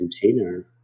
container